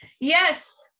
Yes